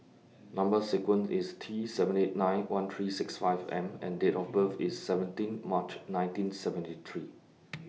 Number sequence IS T seven eight nine one three six five M and Date of birth IS seventeen March nineteen seventy three